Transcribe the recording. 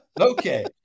okay